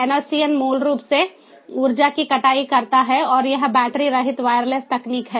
एनोसियन मूल रूप से ऊर्जा की कटाई करता है और यह बैटरी रहित वायरलेस तकनीक है